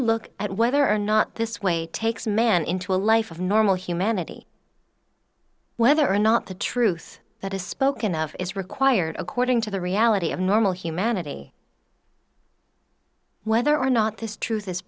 look at whether or not this way takes man into a life of normal humanity whether or not the truth that is spoken of is required according to the reality of normal humanity whether or not this truth is